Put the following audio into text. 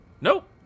Nope